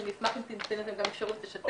שאני אשמח שיקבלו הזדמנות לשתף.